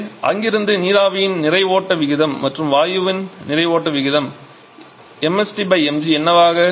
எனவே அங்கிருந்து நீராவியின் நிறை ஓட்ட விகிதம் மற்றும் வாயுவின் நிறை ஓட்ட விகிதம் mst 𝑚𝑔